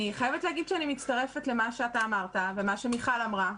אני חייבת להגיד שאני מצטרפת למה שאתה אמרת ומה שמיכל אמרה,